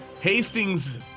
Hastings